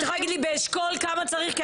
את יכולה להגיד לי באשכול כמה צריך ,